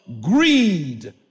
greed